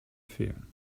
fehlen